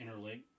interlink